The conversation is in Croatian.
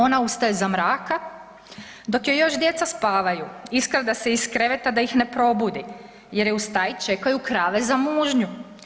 Ona ustaje za mraka dok joj još djeca spavaju, iskrada se iz kreveta da ih ne probudi jer je u staji čekaju krave za mužnju.